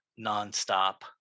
non-stop